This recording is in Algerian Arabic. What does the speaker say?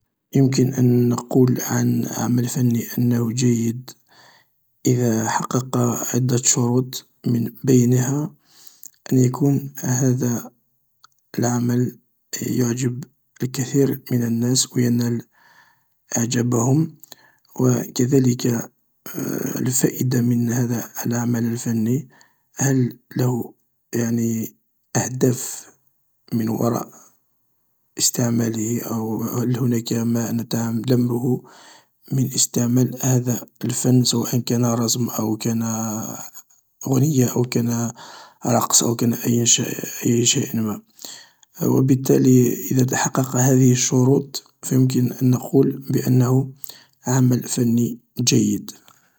﻿يمكن أن نقول عن عمل فني أنه جيد، اذا حقق عدة شروط من بينها، أن يكون هذا العمل يعجب الكثير من الناس و ينال اعجابهم. و كذلك الفائدة من هذا العمل الفني، هل له يعني أهداف من وراء استعماله أو هل هناك ما نتعلمه من استعمال هذا الفن سواءا كان رسم أو كان أغنية أو كان رقص أو كان أي شي أي شيء ما. و بالتالي اذا تحقق هذه الشروط فيمكن أن نقول بأنه عمل فني جيد.